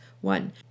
One